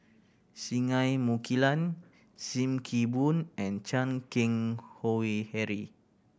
Singai Mukilan Sim Kee Boon and Chan Keng Howe Harry